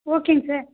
ஓகேங்க சார்